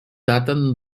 daten